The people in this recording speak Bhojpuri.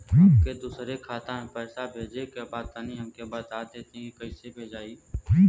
हमके दूसरा खाता में पैसा भेजे के बा तनि हमके बता देती की कइसे भेजाई?